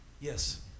Yes